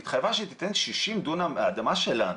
התחייבה לתת 60 דונם מהאדמה שלנו,